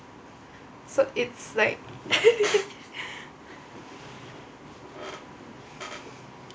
so it's like